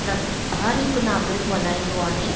न हर हिक नागरिक मल्हाईंदो आहे